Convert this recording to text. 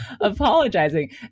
apologizing